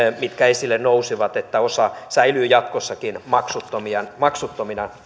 mitkä esille nousivat että osa säilyy jatkossakin maksuttomina maksuttomina